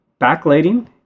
Backlighting